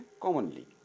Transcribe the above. commonly